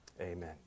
Amen